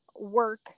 work